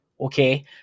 Okay